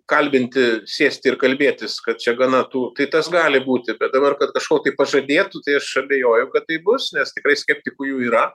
kalbinti sėsti ir kalbėtis kad čia gana tų tai tas gali būti bet dabar kad kažkokį pažadėtų tai aš abejoju kad taip bus nes tikrai skeptikų jų yra